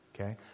Okay